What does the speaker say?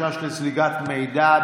חשש לזליגת מידע,